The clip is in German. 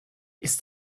ist